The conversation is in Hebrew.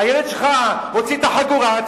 הילד שלך מוציא את החגורה,